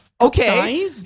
Okay